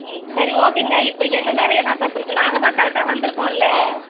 ம் சரி ஓகேங்க இப்போ எங்கள் மேலே என்ன தப்பு இருக்குது நாங்கள் தான் கரெக்டாக வந்திருக்கோம்ல்ல